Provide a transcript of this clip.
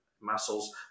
muscles